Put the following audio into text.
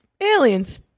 aliens